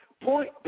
point